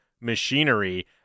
Machinery